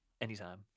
Anytime